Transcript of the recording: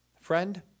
Friend